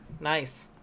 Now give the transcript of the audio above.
Nice